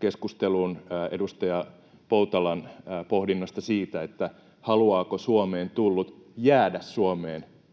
keskusteluun edustaja Poutalan pohdinnasta siitä, haluaako Suomeen tullut jäädä Suomeen